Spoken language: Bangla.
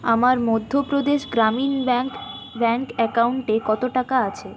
আমার মধ্যপ্রদেশ গ্রামীণ ব্যাঙ্ক ব্যাঙ্ক অ্যাকাউন্টে কত টাকা আছে